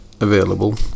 available